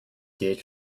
did